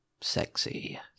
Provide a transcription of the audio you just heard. sexy